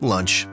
Lunch